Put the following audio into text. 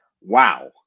wow